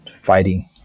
fighting